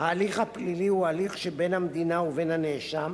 ההליך הפלילי הוא הליך שבין המדינה לבין הנאשם,